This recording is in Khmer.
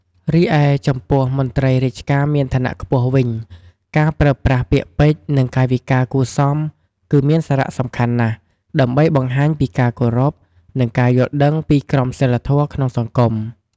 រីឯចំពោះ មន្ត្រីរាជការមានឋានៈខ្ពស់ វិញ ការប្រើប្រាស់ពាក្យពេចន៍ និងកាយវិការគួរសម គឺមានសារៈសំខាន់ណាស់ ដើម្បីបង្ហាញពីការគោរព និងការយល់ដឹងពីក្រមសីលធម៌ក្នុងសង្គម។